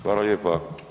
Hvala lijepa.